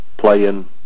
playing